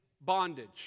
bondage